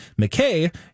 McKay